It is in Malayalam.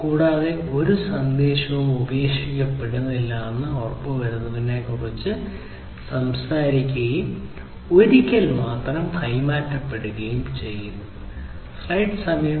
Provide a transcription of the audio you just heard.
കൂടാതെ ഒരു സന്ദേശവും ഉപേക്ഷിക്കപ്പെടുന്നില്ലെന്ന് ഉറപ്പുവരുത്തുന്നതിനെക്കുറിച്ച് സംസാരിക്കുന്നതും ഒരിക്കൽ മാത്രം കൈമാറുന്നതും